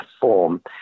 form